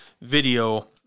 video